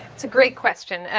it's a great question. and